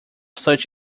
such